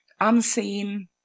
Unseen